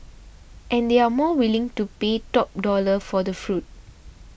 and they are more willing to pay top dollar for the fruit